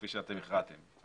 כפי שאתם הכרעתם,